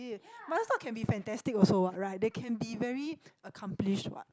but those dog can be fantastic also what right they can be very accomplished what